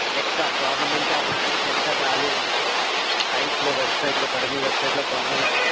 లెక్క గవర్నమెంట్ ఆ ల్యాండ్కి ఎంత వ్యాల్యూ ఉందో సైట్లో వెబ్సైట్లో ధరణి వెబ్సైట్లో గవర్నమెంట్